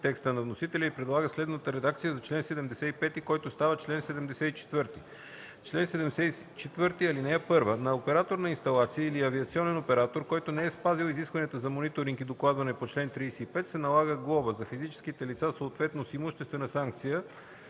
текста на вносителя и предлага следната редакция за чл. 75, който става чл. 74: „Чл. 74. (1) На оператор на инсталация или авиационен оператор, който не е спазил изискванията за мониторинг и докладване по чл. 35, се налага глоба – за физическите лица, съответно с имуществена санкция